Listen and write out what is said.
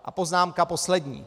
A poznámka poslední.